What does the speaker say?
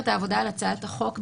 העבודה על הצעת החוק,